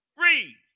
Read